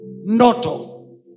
noto